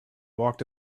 walked